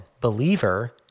believer